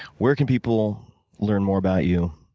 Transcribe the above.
where can people learn more about you?